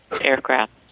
aircraft